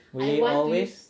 we always